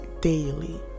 daily